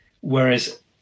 whereas